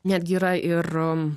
netgi yra ir